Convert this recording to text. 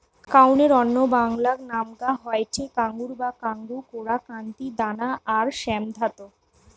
কাউনের অন্য বাংলা নামগা হয়ঠে কাঙ্গুই বা কাঙ্গু, কোরা, কান্তি, দানা আর শ্যামধাত